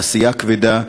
תעשייה כבדה,